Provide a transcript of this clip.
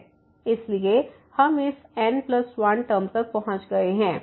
इसलिए हम इस N1 टर्म तक पहुंच गए हैं